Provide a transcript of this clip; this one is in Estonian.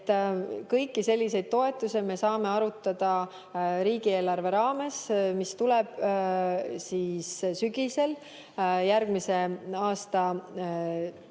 Kõiki selliseid toetusi me saame arutada riigieelarve raames, mis tuleb sügisel järgmise aasta